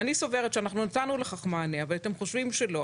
אני סוברת שנתנו לכך מענה ואתם חושבים שלא,